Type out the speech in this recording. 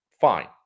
fine